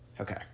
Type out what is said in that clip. Okay